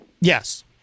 Yes